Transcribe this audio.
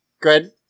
Good